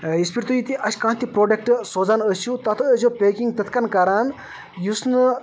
یِژھ پھِر تُہۍ تہِ اَسہِ کانٛہہ تہِ پرٛوڈَکٹ سوزان ٲسِو تَتھ ٲسۍ زیو پیکِنٛگ تِتھ کٔنۍ کَران یُس نہٕ